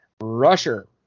rusher